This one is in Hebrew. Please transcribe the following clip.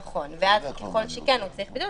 נכון, ואז אם כן, הוא צריך בידוד.